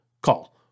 Call